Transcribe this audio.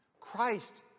Christ